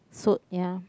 suit ya